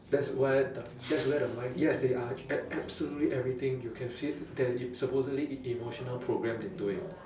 that's where the that's where the mind yes they are ab~ absolutely everything you can see it there is supposedly e~ emotional programmed into it